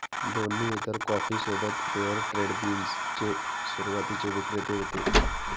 दोन्ही इतर कॉफी सोबत फेअर ट्रेड बीन्स चे सुरुवातीचे विक्रेते होते